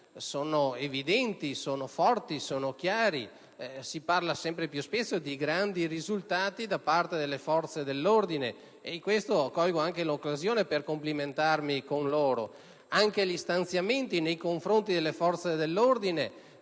sono evidenti, forti e chiari. Si parla sempre più spesso di grandi risultati da parte delle forze dell'ordine e in questo colgo l'occasione per complimentarmi con loro. Anche gli stanziamenti nei confronti delle Forze dell'ordine,